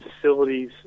facilities